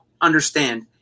understand